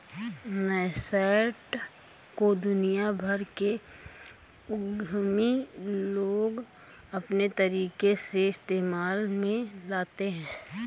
nascent को दुनिया भर के उद्यमी लोग अपने तरीके से इस्तेमाल में लाते हैं